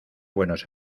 buenos